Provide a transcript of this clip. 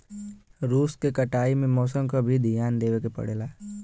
रुई के कटाई में मौसम क भी धियान देवे के पड़ेला